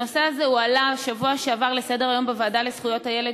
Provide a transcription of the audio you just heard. הנושא הזה הועלה בשבוע שעבר לסדר-היום בוועדה לזכויות הילד,